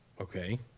Okay